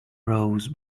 rose